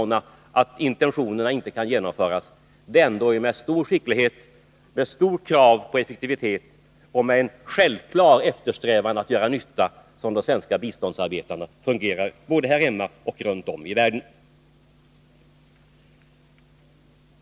Men jag är för min del helt övertygad om att det ändå är med stor skicklighet, med krav på effektivitet och med en självklar strävan att göra nytta som de svenska biståndsarbetarna fungerar både här hemma och runt om i världen.